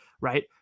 right